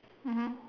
mmhmm